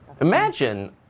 Imagine